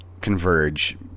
converge